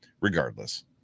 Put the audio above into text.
regardless